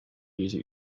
music